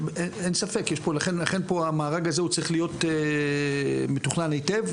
אין פה ספק לכן פה המארג הזה צריך להיות מתוכנן היטב,